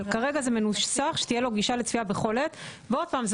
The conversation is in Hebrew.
אבל כרגע זה מנוסח שתהיה לו גישה לצפייה בכל עת ועוד פעם,